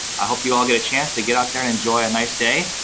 i hope you all get a chance to get out there, and enjoy a nice day.